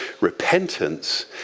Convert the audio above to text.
Repentance